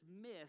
myth